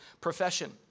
profession